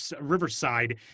Riverside